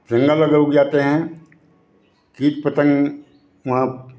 जंगल अगर उग जाते हैं किट पतंग वहाँ